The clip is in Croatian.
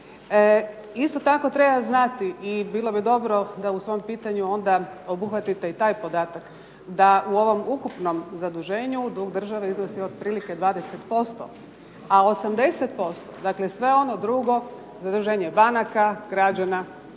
Isto tako treba znati i bilo bi dobro da u svom pitanju onda obuhvatite i taj podatak, da u ovom ukupnom zaduženju dug države iznosi otprilike 20%, a 80% dakle sve ono drugo, zaduženje banaka, građana